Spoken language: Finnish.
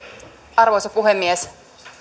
arvoisa puhemies